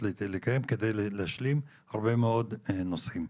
לקיים כדי להשלים הרבה מאוד נושאים,